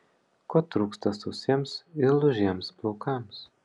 ko trūksta sausiems ir lūžiems plaukams